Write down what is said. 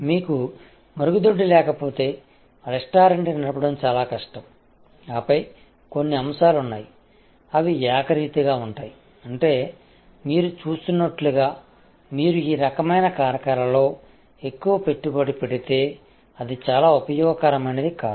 మీకు మరుగుదొడ్డి లేకపోతే రెస్టారెంట్ నడపడం చాలా కష్టం ఆపై కొన్ని అంశాలు ఉన్నాయి అవి ఏకరీతిగా ఉంటాయి అంటే మీరు చూస్తున్నట్లుగా మీరు ఈ రకమైన కారకాలలో ఎక్కువ పెట్టుబడి పెడితే అది చాలా ఉపయోగకరమైనది కాదు